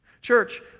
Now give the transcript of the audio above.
Church